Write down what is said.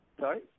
Sorry